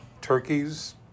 Turkeys